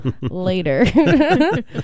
later